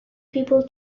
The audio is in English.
people